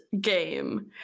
game